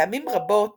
פעמים רבות